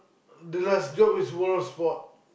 the last job is world sport